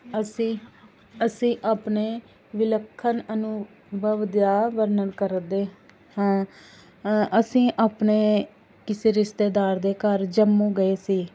ਅਸੀਂ ਅਸੀਂ ਆਪਣੇ ਵਿਲੱਖਣ ਅਨੁਭਵ ਦਾ ਵਰਨਣ ਕਰਦੇ ਹਾਂ ਅਸੀਂ ਆਪਣੇ ਕਿਸੇ ਰਿਸ਼ਤੇਦਾਰ ਦੇ ਘਰ ਜੰਮੂ ਗਏ ਸੀ